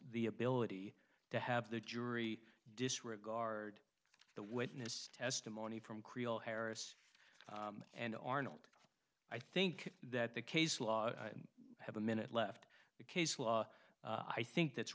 the ability to have the jury disregard the witness testimony from creel harris and arnold i think that the case law i have a minute left the case law i think that's